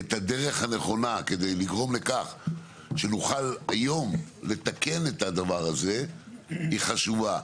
את הדרך הנכונה בשביל לגרום לכך שנוכל היום לתקן את הדבר הזה היא חשובה.